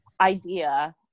idea